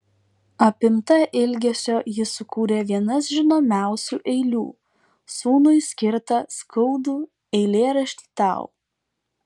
apimta ilgesio ji sukūrė vienas žinomiausių eilių sūnui skirtą skaudų eilėraštį tau